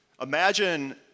Imagine